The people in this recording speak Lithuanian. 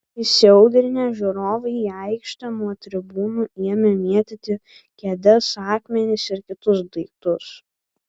įsiaudrinę žiūrovai į aikštę nuo tribūnų ėmė mėtyti kėdes akmenis ir kitus daiktus